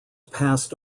passed